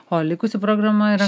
o likusi programa yra